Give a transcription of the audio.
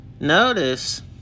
Notice